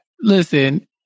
listen